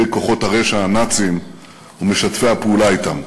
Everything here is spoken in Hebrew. כוחות הרשע הנאציים ומשתפי הפעולה אתם.